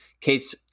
Case